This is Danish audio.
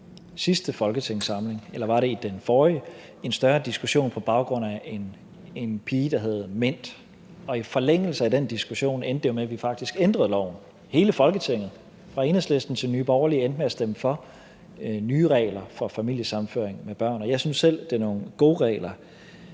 sidste folketingssamling – eller var det i den forrige – en større diskussion på baggrund af en pige, der hed Mint. Og i forlængelse af den diskussion endte det jo med, at vi faktisk ændrede loven. Hele Folketinget, fra Enhedslisten til Nye Borgerlige, endte med at stemme for nye regler for familiesammenføring med børn. Jeg synes selv, det er nogle gode regler,